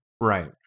Right